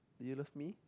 do you love me